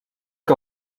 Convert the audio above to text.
que